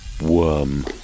Worm